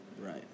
Right